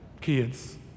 kids